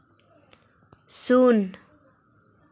ᱥᱩᱱ